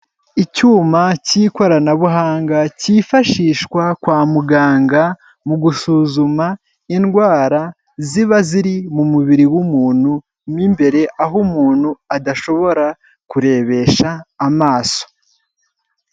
Icyuma cy'ikoranabuhanga cyifashishwa kwa muganga mu gusuzuma indwara ziba ziri mu mubiri w'umuntu mo imbere aho umuntu adashobora kurebesha amaso.